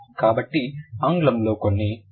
కాబట్టి ఆంగ్లంలో కొన్ని అల్వియోలార్ శబ్దాలు ఉన్నాయి